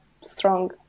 strong